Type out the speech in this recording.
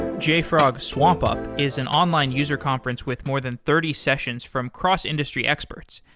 jfrog swampup is an online user conference with more than thirty sessions from cross-industry expert,